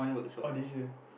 oh this year